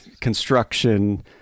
construction